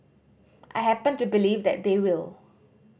I happen to believe that they will